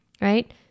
right